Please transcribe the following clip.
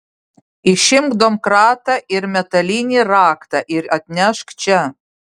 išimk domkratą ir metalinį raktą ir atnešk čia